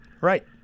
Right